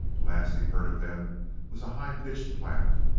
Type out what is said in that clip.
the last he heard of them was a high-pitched laugh.